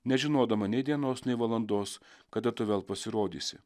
nežinodama nei dienos nei valandos kada tu vėl pasirodysi